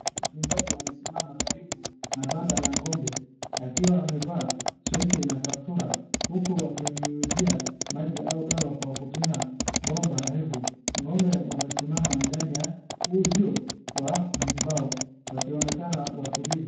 Mchungaji amesimama karibu na banda la ng'ombe akiwa amevaa sweater na kaptura, huku akinyunyizia maji au dawa kwa kutumia bomba refu, ng'ombe wamesimama ndani ya uuzio wa mbao wakionekana watulivu.